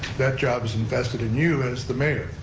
that job is invested in you, as the mayor.